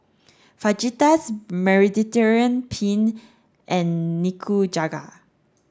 Fajitas Mediterranean Penne and Nikujaga